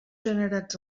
generats